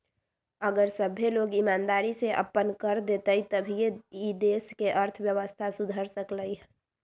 अगर सभ्भे लोग ईमानदारी से अप्पन कर देतई तभीए ई देश के अर्थव्यवस्था सुधर सकलई ह